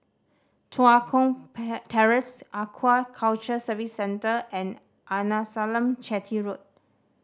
Tua Kong Terrace Aquaculture Services Centre and Arnasalam Chetty Road